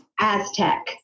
Aztec